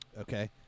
Okay